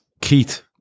Keith